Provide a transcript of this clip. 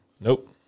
Nope